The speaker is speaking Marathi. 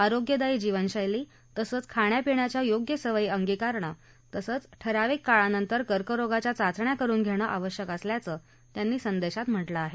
आरोग्यादायी जीवनशैली तसंच खाण्यापिण्याच्या योग्य सवयी अंगीकारणं तसंच ठराविक काळानंतर कर्करोगाच्या चाचण्या करुन घेणं गरजेचं असल्याचं संदेशात म्हटलं आहे